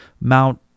Mount